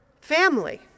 family